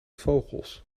vogels